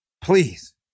please